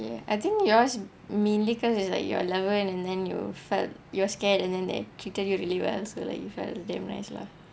I think yours mainly because it's like you are eleven and then you felt you're scared and then they treated you really well so like you felt damn nice lah